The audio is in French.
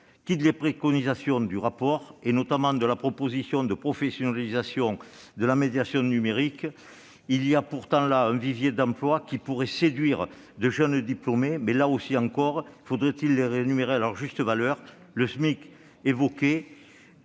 égard, des préconisations du rapport, notamment de la proposition de professionnalisation de la médiation numérique ? Il y a pourtant là un vivier d'emplois qui pourraient séduire de jeunes diplômés, mais encore faudrait-il, là aussi, les rémunérer à leur juste valeur. Le SMIC, niveau